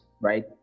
right